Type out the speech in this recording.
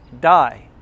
die